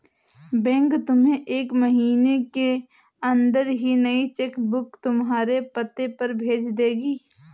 bank तुम्हें एक महीने के अंदर ही नई चेक बुक तुम्हारे पते पर भेज देगी